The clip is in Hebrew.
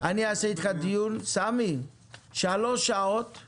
סמי, אני אעשה איתך דיון של שלוש שעות על